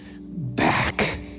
back